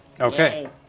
Okay